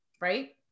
Right